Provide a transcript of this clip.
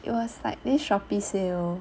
it was like this Shopee sale